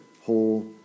whole